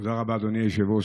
תודה רבה, אדוני היושב-ראש.